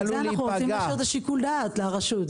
בגלל זה אנחנו רוצים להשאיר את שיקול הדעת לרשות.